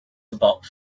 about